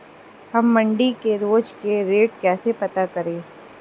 हम मंडी के रोज के रेट कैसे पता करें?